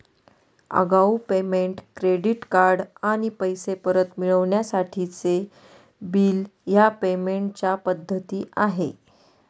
आगाऊ payment, credit card आणि पैसे परत मिळवण्यासाठीचे बिल ह्या पेमेंट च्या पद्धती आहे